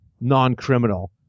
non-criminal